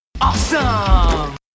Awesome